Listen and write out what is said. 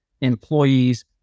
employees